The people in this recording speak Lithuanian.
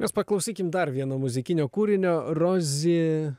mes paklausykim dar vieno muzikinio kūrinio rozi